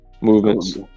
movements